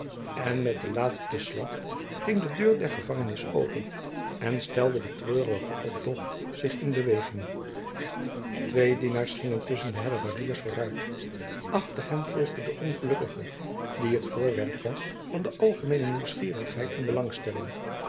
en met den laatsten slag ging de deur der gevangenis open en stelde de treurige optocht zich in beweging twee dienaars gingen tusschen de hellebardiers vooruit achter hen volgde de ongelukkige die het voorwerp was van de algemeene nieuwsgierigheid en belangstelling